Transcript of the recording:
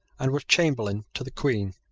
and was chamberlain to the queen.